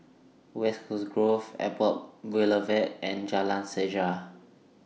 West Coast Grove Airport Boulevard and Jalan Sejarah